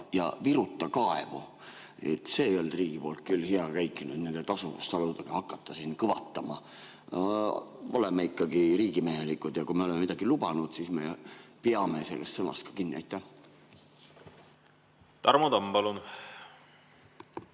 ja viruta kaevu". See ei olnud riigi poolt küll hea käitumine, et nende talumistasudega hakata siin kõvatama. Oleme ikkagi riigimehelikud ja kui me oleme midagi lubanud, siis peame sellest sõnast ka kinni. Aitäh! Tänan,